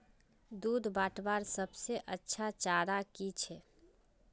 दूध बढ़वार सबसे अच्छा चारा की छे?